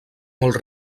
molt